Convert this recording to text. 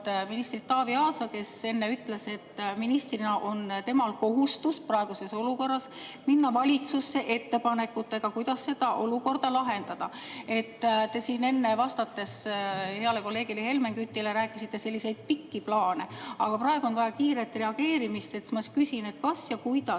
ministrit Taavi Aasa, kes enne ütles, et ministrina on temal kohustus praeguses olukorras minna valitsusse ettepanekutega, kuidas seda olukorda lahendada. Te siin enne, vastates heale kolleegile Helmen Kütile, rääkisite selliseid pikki plaane, aga praegu on vaja kiiret reageerimist. Ma küsin, kas ja kuidas